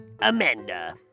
Amanda